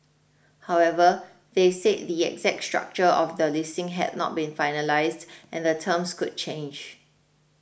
however they said the exact structure of the listing had not been finalised and the terms could change